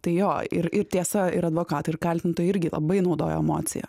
tai jo ir ir tiesa ir advokatai ir kaltintojai irgi labai naudojo emociją